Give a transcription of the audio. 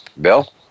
Bill